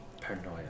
Paranoia